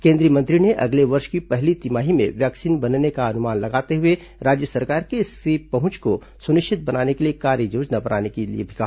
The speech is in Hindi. केंद्रीय मंत्री ने अगले वर्ष की पहली तिमाही में वैक्सीन बनने का अनुमान लगाते हुए राज्य सरकार से इसकी पहुंच को सुनिश्चित बनाने के लिए कार्ययोजना बनाने के लिए भी कहा